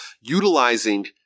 utilizing